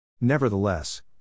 Nevertheless